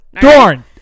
Dorn